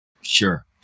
Sure